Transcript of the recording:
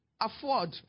Afford